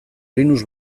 linux